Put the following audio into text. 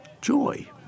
joy